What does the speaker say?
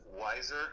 wiser